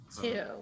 Two